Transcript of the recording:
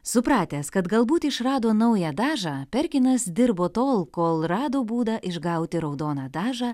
supratęs kad galbūt išrado naują dažą perkinas dirbo tol kol rado būdą išgauti raudoną dažą